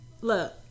look